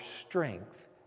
strength